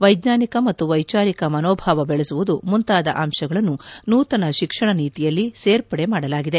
ವೈಜ್ಞಾನಿಕ ಮತ್ತು ವೈಚಾರಿಕ ಮನೋಭಾವ ಬೆಳೆಸುವುದು ಮುಂತಾದ ಅಂಶಗಳನ್ನು ನೂತನ ಶಿಕ್ಷಣ ನೀತಿಯಲ್ಲಿ ಸೇರ್ಪಡೆ ಮಾಡಲಾಗಿದೆ